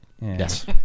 Yes